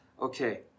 okay